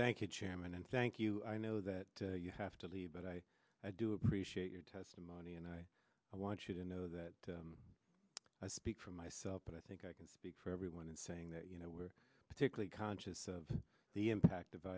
thank you chairman and thank you i know that you have to leave but i do appreciate your testimony and i want you to know that i speak for myself but i think i can speak for everyone in saying that you know we're particularly conscious of the impact o